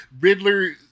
Riddler